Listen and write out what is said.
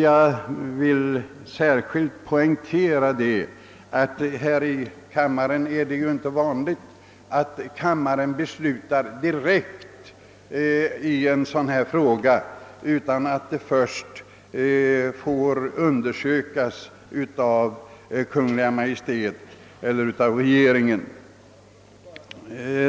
Jag vill särskilt poängtera att det inte är vanligt att denna kammare beslutar i en fråga som denna utan att den först undersökts av Kungl. Maj:t.